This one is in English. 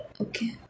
Okay